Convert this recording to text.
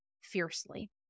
fiercely